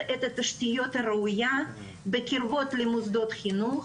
הסדרת התשתיות הראויות בקרבת מוסדות חינוך